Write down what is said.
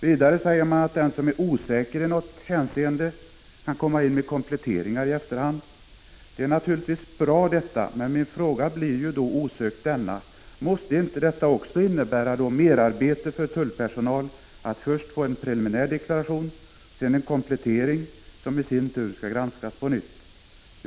Vidare säger man att den som är osäker i något hänseende kan komma in med kompletteringar i efterhand. Det är naturligtvis bra, men min fråga blir osökt denna: Måste det inte också innebära merarbete för tullpersonalen att först få en preliminär deklaration och sedan en komplettering, som i sin tur skall granskas på nytt?